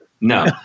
No